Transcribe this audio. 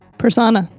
persona